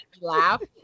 laugh